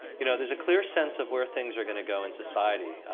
you know, there's a clear sense of where things are going to go in society,